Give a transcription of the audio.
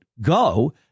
go